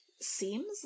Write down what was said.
seems